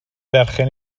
berchen